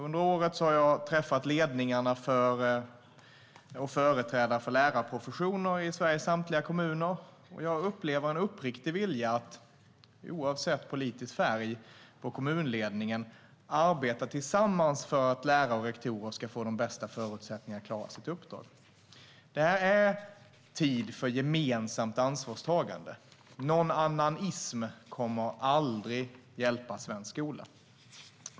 Under året har jag träffat ledningar och företrädare för lärarprofessionen i Sveriges samtliga kommuner. Jag upplever en uppriktig vilja att oavsett politisk färg på kommunledningen arbeta tillsammans för att lärare och rektorer ska få de bästa förutsättningarna att klara sina uppdrag. Det är tid för gemensamt ansvarstagande. Nånannanism kommer aldrig att hjälpa svensk skola.